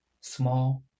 small